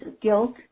guilt